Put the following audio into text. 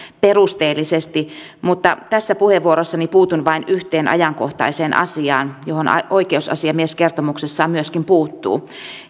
perusteellisesti mutta tässä puheenvuorossani puutun vain yhteen ajankohtaiseen asiaan johon myöskin oikeusasiamies kertomuksessaan puuttuu